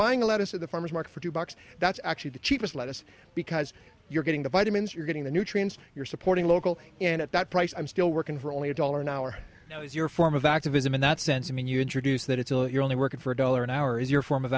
buying lettuce at the farmer's market for two bucks that's actually the cheapest lettuce because you're getting the vitamins you're getting the nutrients you're supporting local and at that price i'm still working for only a dollar an hour now is your form of activism in that sense i mean you introduce that it's a lot you're only working for a dollar an hour is your form of